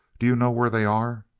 do you know where they are?